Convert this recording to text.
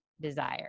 desire